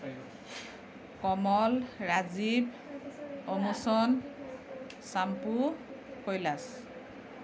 Kamal Rajiv Amochan Champu Kailash